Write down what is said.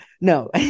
No